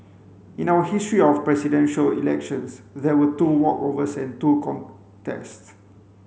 in our history of Presidential Elections there were two walkovers and two contests